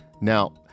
Now